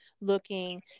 looking